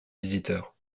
visiteurs